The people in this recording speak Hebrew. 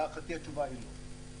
להערכתי התשובה היא לא.